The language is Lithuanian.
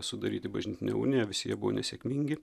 sudaryti bažnytinę uniją visi jie buvo nesėkmingi